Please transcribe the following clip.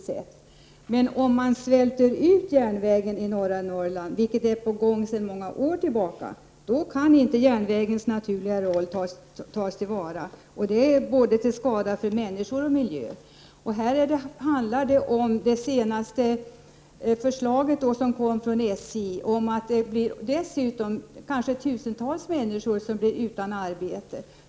Men om man svälter ut järnvägen i norra Norrland, vilket är på gång sedan många år tillbaka, då kan inte järnvägens naturliga roll tas till vara, och det är till skada för både människor och miljö. Det senaste förslaget från SJ betyder dessutom att kanske tusentals människor blir utan arbete.